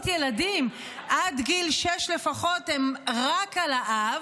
ילדים עד גיל שש לפחות הם רק על האב.